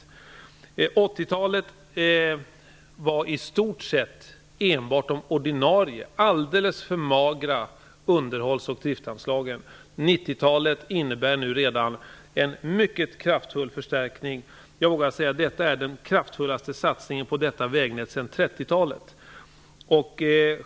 Under 80-talet utgick i stort sett enbart de ordinarie, alldeles för magra, underhålls och driftsanslagen. 90-talet innebär redan nu en mycket kraftig förstärkning. Jag vågar säga att detta är den kraftfullaste satsningen på detta vägnät sedan 30-talet.